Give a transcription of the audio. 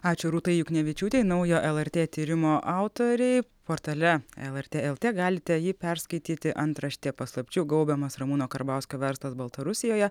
ačiū rūtai juknevičiūtei naujo lrt tyrimo autorei portale lrt lt galite jį perskaityti antraštė paslapčių gaubiamas ramūno karbauskio verslas baltarusijoje